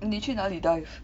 你去哪里 dive